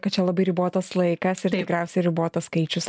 kad čia labai ribotas laikas ir tikriausiai ribotas skaičius